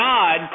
God